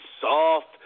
soft